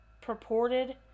purported